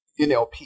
NLP